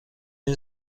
این